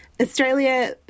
Australia